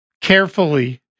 carefully